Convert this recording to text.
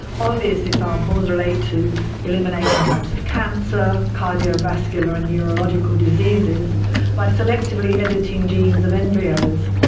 obvious examples relate to eliminating types of cancer, cardiovascular and neurological diseases by selectively editing genes of embryos.